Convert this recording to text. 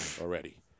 already